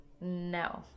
No